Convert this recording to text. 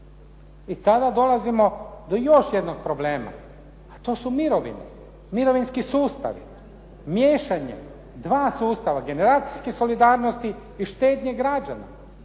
I tada dolazimo do još jednog problema, a to su mirovine, mirovinski sustavi. Miješanjem dva sustava generacijske solidarnosti i štednje građana.